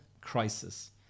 crisis